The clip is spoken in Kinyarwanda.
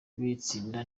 kuyitsinda